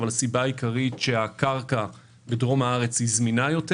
אבל הסיבה העיקרית היא כי הקרקע בדרום הארץ זמינה יותר.